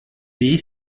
baie